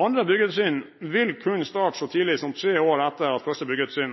Andre byggetrinn vil kunne starte så tidlig som tre år etter at første